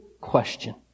question